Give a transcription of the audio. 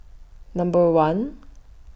Number one